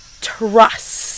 trust